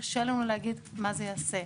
קשה לנו להגיד מה זה יעשה.